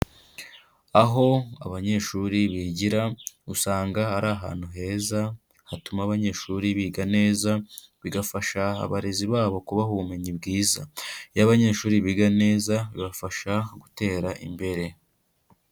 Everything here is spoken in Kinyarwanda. Aho abanyeshuri bigira, usanga ari ahantu heza, hatuma abanyeshuri biga neza, bigafasha abarezi babo kubaha ubumenyi bwiza. Iyo abanyeshuri biga neza, bibafasha gutera imbere.